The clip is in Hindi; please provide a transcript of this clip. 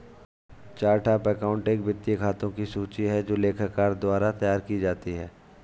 चार्ट ऑफ़ अकाउंट एक वित्तीय खातों की सूची है जो लेखाकार द्वारा तैयार की जाती है